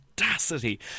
audacity